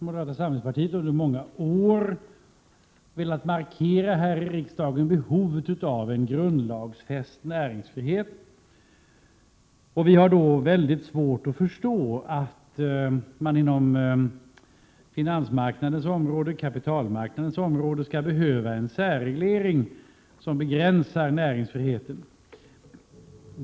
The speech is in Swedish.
Moderata samlingspartiet har under många år velat markera här i riksdagen behovet av en grundlagsfäst näringsfrihet och har mycket svårt att förstå att man på kapitalmarknaden skall behöva en särreglering som begränsar näringsfriheten.